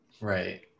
Right